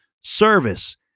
service